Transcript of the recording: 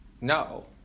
no